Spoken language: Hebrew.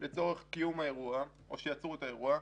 תודה.